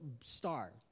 star